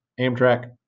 Amtrak